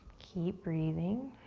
keep breathing.